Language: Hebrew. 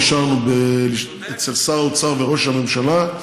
אישרנו אצל שר האוצר וראש הממשלה,